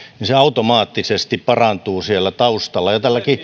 se automaattisesti parantuu siellä taustalla